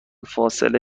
فاصله